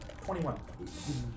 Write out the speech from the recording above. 21